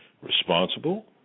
responsible